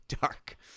dark